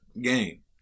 game